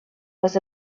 was